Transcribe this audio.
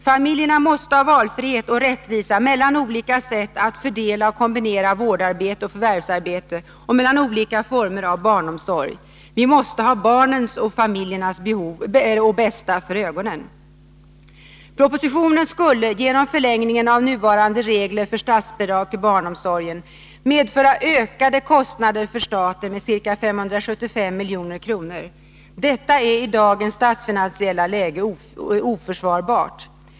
Familjerna måste ha valfrihet och rättvisa mellan olika sätt att fördela och kombinera vårdarbete och förvärvsarbete och mellan olika former av barnomsorg. Vi måste ha barnens och familjernas bästa för ögonen. Propositionens förslag skulle — genom förlängningen av nuvarande regler för statsbidrag till barnomsorgen — medföra ökade kostnader för staten med ca 575 milj.kr. Detta är i dagens statsfinansiella läge oförsvarbart.